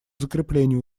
закреплению